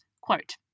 quote